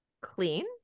clean